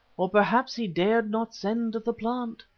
or perhaps he dared not send the plant.